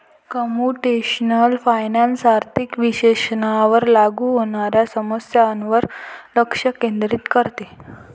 computational finance आर्थिक विश्लेषणावर लागू होणाऱ्या समस्यांवर लक्ष केंद्रित करते